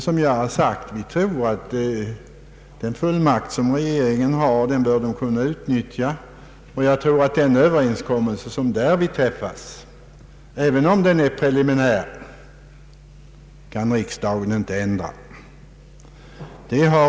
Vi anser emellertid att regeringen bör kunna utnyttja den fullmakt som den har fått. Den överenskommelse som träffas även om den är preliminär — kan riksdagen inte ändra.